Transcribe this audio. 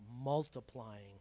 multiplying